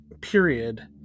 period